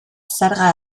zerga